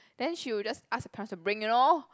then she will just ask her parents to bring you know